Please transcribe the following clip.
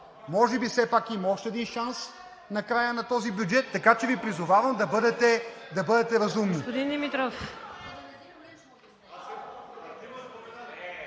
може би все пак има още един шанс на края на този бюджет. Така че Ви призовавам да бъдем разумни.